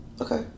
Okay